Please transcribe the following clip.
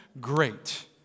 Great